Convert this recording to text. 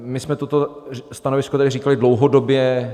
My jsme toto stanovisko tady říkali dlouhodobě.